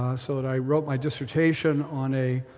so that i wrote my dissertation on a,